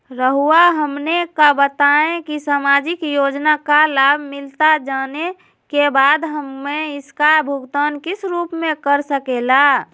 रहुआ हमने का बताएं की समाजिक योजना का लाभ मिलता जाने के बाद हमें इसका भुगतान किस रूप में कर सके ला?